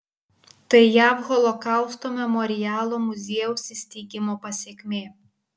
tai jav holokausto memorialo muziejaus įsteigimo pasekmė